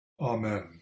Amen